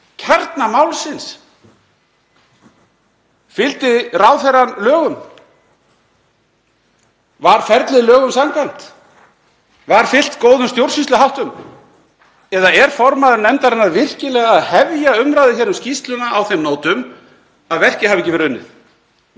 kjarna málsins. Fylgdi ráðherrann lögum? Var ferlið lögum samkvæmt? Var góðum stjórnsýsluháttum fylgt? Eða er formaður nefndarinnar virkilega að hefja umræðu um skýrsluna á þeim nótum að verkið hafi ekki verið unnið?